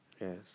Yes